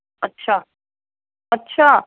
ਅੱਛਾ ਅੱਛਾ